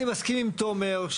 אני מסכים עם תומר,